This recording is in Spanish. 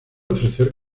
ofrecer